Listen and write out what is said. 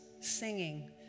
singing